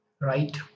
right